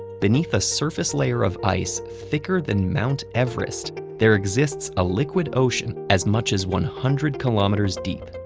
beneath a surface layer of ice thicker than mount everest, there exists a liquid ocean as much as one hundred kilometers deep.